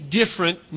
different